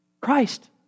Christ